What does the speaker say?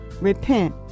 repent